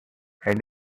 and